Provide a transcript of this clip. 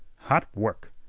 hot work!